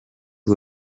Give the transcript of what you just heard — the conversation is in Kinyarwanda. b’u